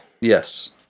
Yes